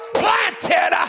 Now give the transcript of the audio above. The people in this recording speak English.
planted